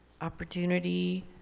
opportunity